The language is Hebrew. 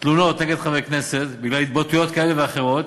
תלונות נגד חברי כנסת בגלל התבטאויות כאלה ואחרות,